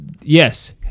yes